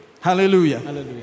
Hallelujah